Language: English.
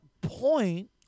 point